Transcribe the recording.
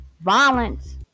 Violence